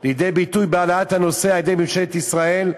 לידי ביטוי בהעלאת הנושא על-ידי ממשלת ישראל,